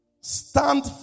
stand